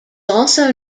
also